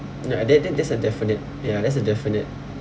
ya that that that's a definite ya that's a definite